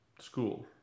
school